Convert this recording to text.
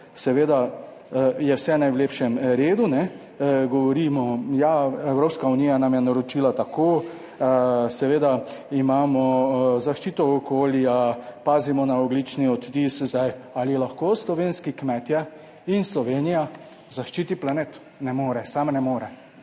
seveda je vse najlepšem redu, ne govorimo, ja, Evropska unija nam je naročila tako, seveda, imamo zaščito okolja, pazimo na ogljični odtis zdaj. Ali lahko slovenski kmetje in Slovenija zaščiti planet? Ne more, sama ne more